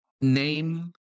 Name